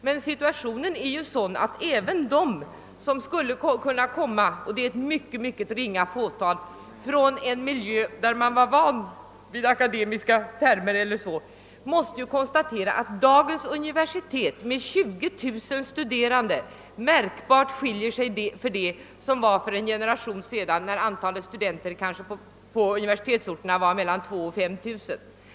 Men även de som kommer — och det är ett mycket ringa fåtal — från en miljö, där man var van vid akademiska termer o. d., måste finna, att dagens universitet med 20000 studerande märkbart skiljer sig från det som fanns för en generation sedan, när antalet studenter på universitetsorterna kanske var mellan 2000 och 5 000.